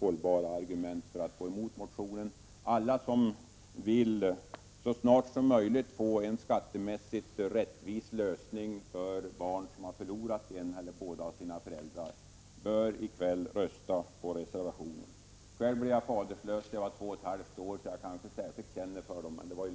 hållbara argument för att gå emot motionen. Alla som vill så snart som möjligt få en skattemässigt rättvis lösning för barn som förlorat en av eller båda sina föräldrar bör i kväll rösta för reservationen. Själv blev jag faderlös när jag var två och ett halvt år, så jag kanske särskilt känner för dessa barn.